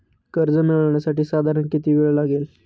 कर्ज मिळविण्यासाठी साधारण किती वेळ लागेल?